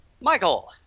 Michael